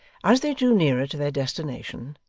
as they drew nearer to their destination,